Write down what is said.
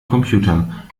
computern